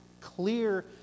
Clear